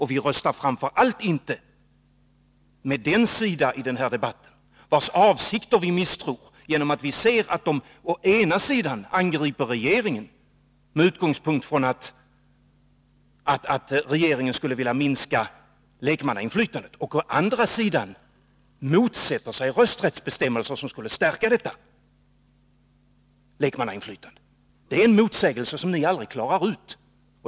Vi röstar framför allt inte med dem i den här debatten vilkas avsikter vi misstror, eftersom vi ser att de å ena sidan angriper regeringen med utgångspunkt i att regeringen skulle vilja minska lekmannainflytandet, och å andra sidan motsätter sig rösträttsbestämmelser som skulle förstärka detta lekmannainflytande. Det är en motsägelse som ni aldrig klarar ut.